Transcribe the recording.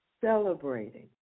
celebrating